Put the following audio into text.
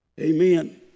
amen